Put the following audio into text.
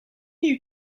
you